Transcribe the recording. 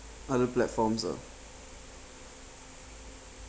other platforms uh